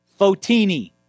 Fotini